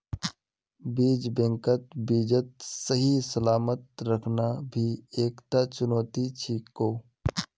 बीज बैंकत बीजक सही सलामत रखना भी एकता चुनौती छिको